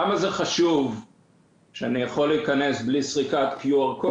למה זה חשוב שאני אוכל להיכנס בלי סריקת קוד QR?